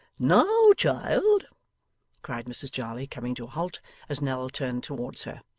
now, child cried mrs jarley, coming to a halt as nell turned towards her.